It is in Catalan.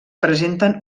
presenten